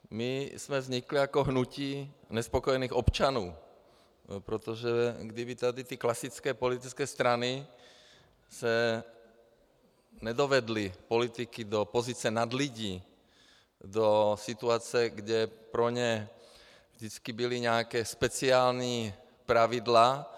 My jsme vznikli jako hnutí nespokojených občanů, protože kdyby tady ty klasické politické strany nedovedly politiky do pozice nadlidí, do situace, kdy pro ně vždycky byla nějaká speciální pravidla...